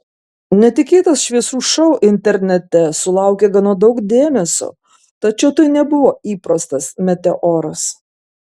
netikėtas šviesų šou internete sulaukė gana daug dėmesio tačiau tai nebuvo įprastas meteoras